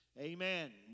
amen